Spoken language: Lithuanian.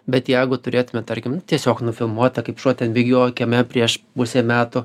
bet jeigu turėtume tarkim nu tiesiog nufilmuota kaip šuo ten bėgiojo kieme prieš pusę metų